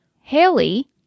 haley